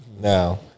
Now